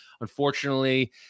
Unfortunately